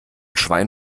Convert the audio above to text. schwein